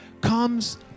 comes